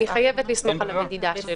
אני חייבת לסמוך על המדידה שלו.